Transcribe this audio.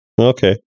Okay